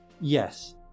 Yes